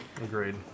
Agreed